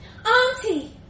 Auntie